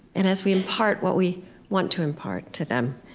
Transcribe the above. and as we impart what we want to impart to them.